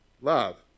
Love